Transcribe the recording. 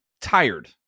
tired